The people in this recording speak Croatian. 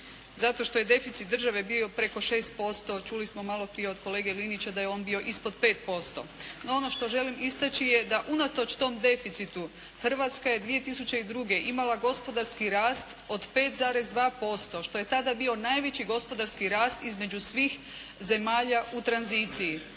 zato što je deficit države bio preko 6%. Čuli smo maloprije od kolege Linića da je on bio ispod 5%. No ono što želim istaći je da unatoč tom deficitu Hrvatska je 2002. imala gospodarski rast od 5,2%, što je tada bio najveći gospodarski rast između svih zemalja u tranziciji.